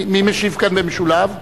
מי משיב כאן במשולב?